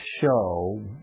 show